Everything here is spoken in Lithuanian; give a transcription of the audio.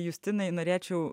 justinai norėčiau